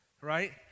right